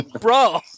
bro